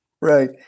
Right